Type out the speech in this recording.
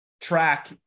track